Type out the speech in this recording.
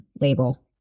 label